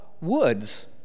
woods